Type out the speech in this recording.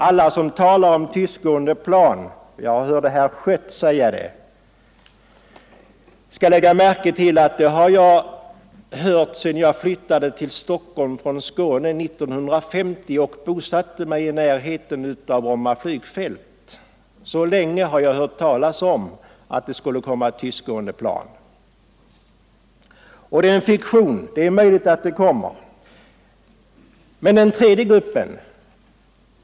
I vad gäller talet om tystgående plan — jag hörde herr Schött använda det uttrycket — vill jag säga att det är något som man hoppades på redan när jag flyttade från Skåne till Stockholm år 1950 och bosatte mig i närheten av Bromma flygfält. Ända sedan dess har jag hört talas om att det skulle komma tystgående 21 plan. Dessa är ännu så länge en fiktion — det är möjligt att de kommer någon gång i framtiden.